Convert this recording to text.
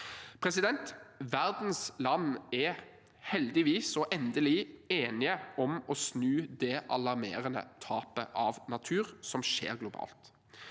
industriløft. Verdens land er heldigvis – og endelig – enige om å snu det alarmerende tapet av natur som skjer globalt.